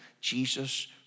Jesus